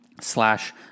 slash